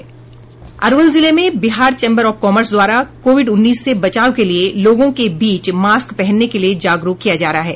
अरवल जिले में Bihar chamber of commerce द्वारा कोविड उन्नीस से बचाव के लिए लोगों के बीच मास्क पहनने के लिए जागरूक किया जा रहा है